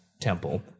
temple